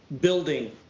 building